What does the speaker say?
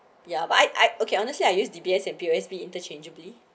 ya but I I okay honestly I use D_B_S and P_O_S_B interchangeably